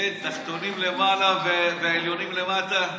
תראה, תחתונים למעלה והעליונים למטה.